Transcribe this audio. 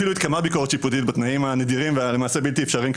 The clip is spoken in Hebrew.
אפילו התקיימה ביקורת שיפוטית בתנאים הנדירים ולמעשה הבלתי אפשריים,